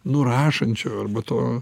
nurašančio arba to